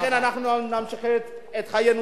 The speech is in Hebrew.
לכן אנחנו נמשיך את חיינו,